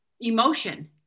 emotion